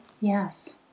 Yes